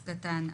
ממש בקצרה.